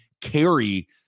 carry